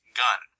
gun